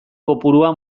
kopurua